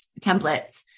templates